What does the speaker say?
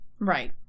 right